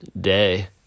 day